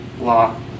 law